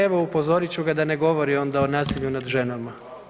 Evo upozorit ću ga da ne govori onda o nasilju nad ženama.